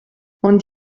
und